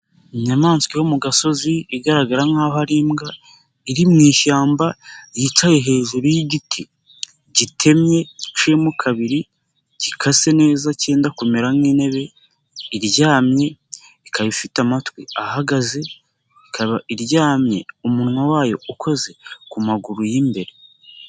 Inyamaswa yo mu gasozi igaragara nk'aho ari imbwa, iri mu ishyamba yicaye hejuru y'igiti gitemye giciyemo kabiri, gikase neza kenda kumera nk'intebe, iryamye ikaba ifite amatwi ahagaze, ikaba iryamye umunwa wayo ukoze ku maguru y'imbere.